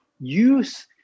use